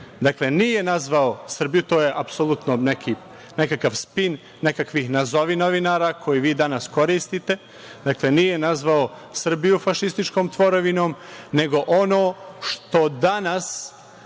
Dakle, nije nazvao Srbiju, to je apsolutno nekakav spin nekakvih nazovi novinara koje vi danas koristite, fašističkom tvorevinom, nego ono što danas